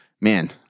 man